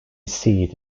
seat